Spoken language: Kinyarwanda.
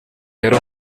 yari